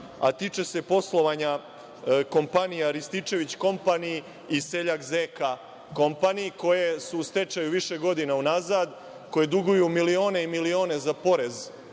a tiče se poslovanja kompanija „Rističević kompani“, „Seljak Zeka kompani“, koje su u stečaju više godina unazad, koje duguju milione i milione za porez